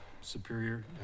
Superior